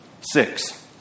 Six